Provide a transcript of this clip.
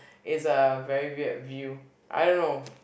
is a very weird view I don't know